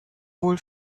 wohl